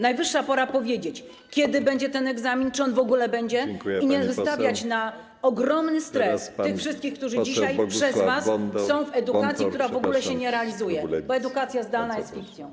Najwyższa pora powiedzieć, kiedy będzie egzamin, czy on w ogóle będzie, i nie wystawiać na ogromny stres tych wszystkich, którzy dzisiaj przez was uczestniczą w edukacji, która w ogóle się nie realizuje, bo edukacja zdalna jest fikcją.